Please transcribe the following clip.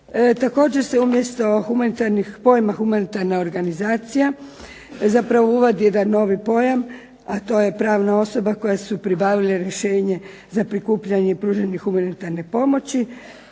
Također se umjesto pojma „humanitarna organizacija“ uvodi novi pojam, a to je pravna osoba koja su pribavile rješenje za prikupljanje i pružanje humanitarne pomoći,